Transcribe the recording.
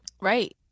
Right